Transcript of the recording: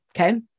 okay